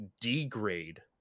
degrade